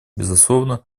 безусловно